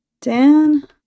Dan